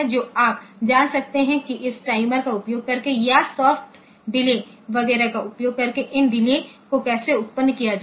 तो आप जान सकते हैं कि इस टाइमर का उपयोग करके या सॉफ्ट डिले वगैरह का उपयोग करके इन डिले को कैसे उत्पन्न किया जाए